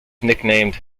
nicknamed